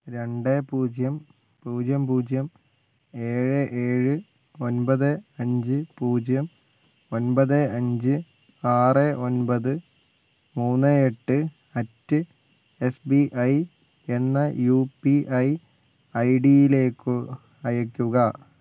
രണ്ട് പൂജ്യം പൂജ്യം പൂജ്യം ഏഴ് ഏഴ് ഒൻപത് അഞ്ച് പൂജ്യം ഒൻപത് അഞ്ച് ആറ് ഒൻപത് മൂന്ന് എട്ട് അറ്റ് എ ബി ഐ എന്ന യു പി ഐ ഐഡിയിലേക്കു അയയ്ക്കുക